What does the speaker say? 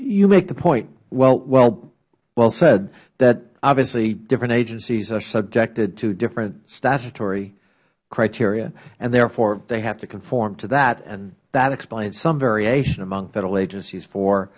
you make the point well said that obviously different agencies are subjected to different statutory criteria and therefore they have to conform to that that explains some variation among federal agencies for